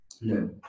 no